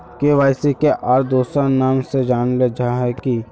KYC के आर दोसरा नाम से जानले जाहा है की?